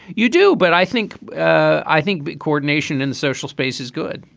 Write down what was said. you do. but i think ah i think coordination in social space is good.